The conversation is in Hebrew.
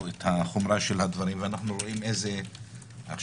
את הדברים ואנחנו רואים איזה עכשיו,